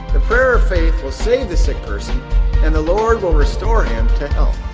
the prayer of faith will save the sick person and the lord will restore him to health.